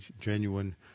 genuine